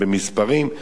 במספרים,